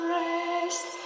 rest